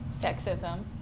Sexism